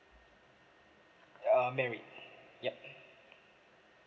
um married yup